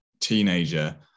teenager